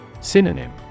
Synonym